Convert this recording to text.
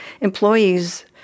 employees